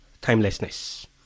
timelessness